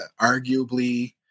arguably